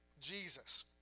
Jesus